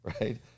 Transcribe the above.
right